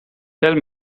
tell